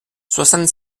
soixante